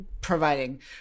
providing